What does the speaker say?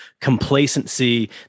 complacency